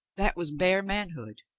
that was bare manhood.